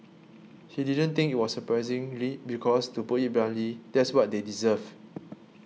he didn't think it was surprisingly because to put it bluntly that's what they deserve